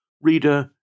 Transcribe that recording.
Reader